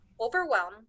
overwhelm